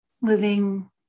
living